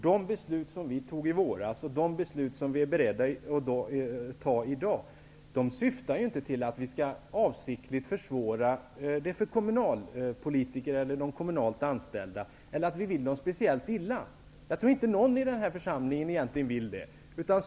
De beslut som vi tog i våras och de som vi är beredda att fatta i dag syftar ju inte till att avsiktligt försvåra för kommunalpolitiker eller kommunalt anställda eller till att göra dem speciellt illa. Jag tror inte att någon i denna församling egentligen vill det.